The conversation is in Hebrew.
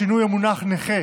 שינוי המונח נכה)